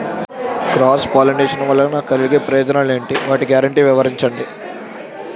Cross pollination వలన కలిగే ప్రయోజనాలు ఎంటి? వాటి గ్యారంటీ వివరించండి?